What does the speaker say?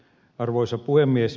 arvoisa puhemies